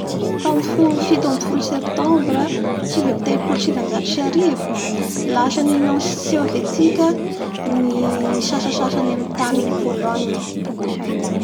Tamin'ny fo-fito ambin'ny folo septembra sivy ambin'ny telopolo sy sivanjato sy arivo lasaln'ny Union Sovetika ny sasasany amin'ny tanin'ny Pologne.